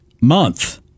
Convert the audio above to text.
month